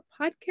podcast